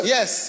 Yes